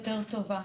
טובה.